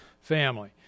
family